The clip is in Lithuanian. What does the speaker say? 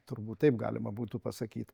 turbūt taip galima būtų pasakyt